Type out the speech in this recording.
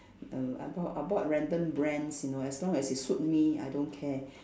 err I bought I bought random brands you know as long as it suit me I don't care